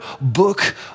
book